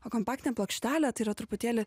o kompaktinė plokštelė tai yra truputėlį